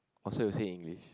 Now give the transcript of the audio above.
oh so you say English